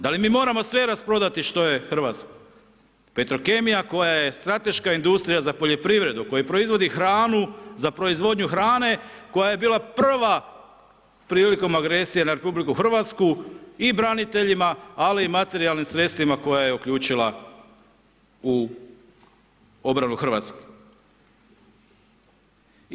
Da li mi moramo sve rasprodati što je hrvatsko, Petrokemija koja je strateška industrija za poljoprivredu, koja proizvodi hranu za proizvodnju hrane koja je bila prva prilikom agresije na RH i braniteljima ali i materijalnim sredstvima koja je uključila u obranu Hrvatske.